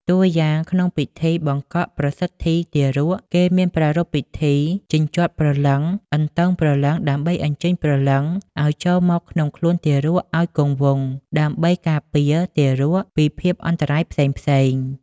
តួយ៉ាង ក្នុងពិធីបង្កក់ប្រសិទ្ធីទារក គេមានប្រារព្ធពិធី ជញ្ជាត់ព្រលឹង អន្ទងព្រលឹងដើម្បីអញ្ជើញព្រលឹងឱ្យចូលមកក្នុងខ្លួនទារកឱ្យគង់វង្ស និងដើម្បីការពារទារកពីភាពអន្តរាយផ្សេងៗ។